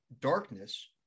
darkness